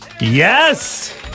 Yes